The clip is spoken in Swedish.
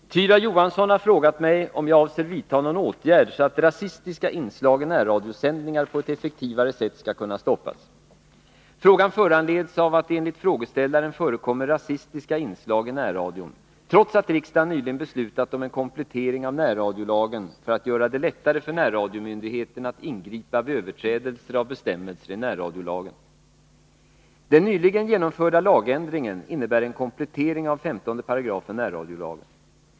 Herr talman! Tyra Johansson har frågat mig om jag avser vidta någon åtgärd för att rasistiska inslag i närradiosändningar på ett effektivare sätt skall kunna stoppas. Frågan föranleds av att det enligt frågeställaren förekommer rasistiska inslag i närradion, trots att riksdagen nyligen beslutat om en komplettering av närradiolagen för att göra det lättare för närradiomyndigheten att ingripa vid överträdelser av bestämmelser i närradiolagen. Den nyligen genomförda lagändringen innebär en komplettering av 15 § närradiolagen.